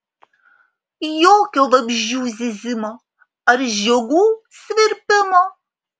jokio vabzdžių zyzimo ar žiogų svirpimo